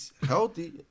healthy